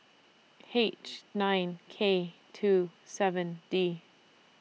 H nine K two seven D